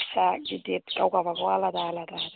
फिसा गिदिर गाव गाबागाव आलादा आलादा